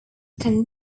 can